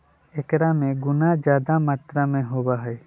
एकरा में गुना जादा मात्रा में होबा हई